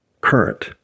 current